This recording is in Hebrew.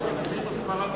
אשכנזים או ספרדים?